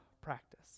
practice